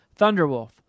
Thunderwolf